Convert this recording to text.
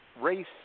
race –